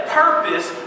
purpose